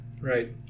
Right